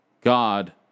God